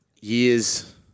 years